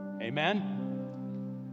Amen